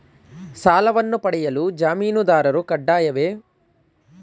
ಸಾಲವನ್ನು ಪಡೆಯಲು ಜಾಮೀನುದಾರರು ಕಡ್ಡಾಯವೇ?